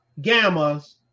Gamma's